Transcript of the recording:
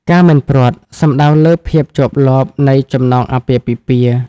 ការមិនព្រាត់ សំដៅលើភាពជាប់លាប់នៃចំណងអាពាហ៍ពិពាហ៍។